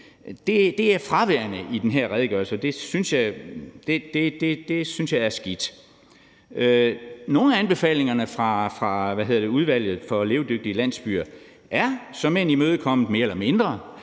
Det er fraværende i den her redegørelse, og det synes jeg er skidt. Nogle af anbefalingerne fra Udvalget for levedygtige landsbyer er såmænd imødekommet, mere eller mindre,